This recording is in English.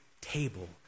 table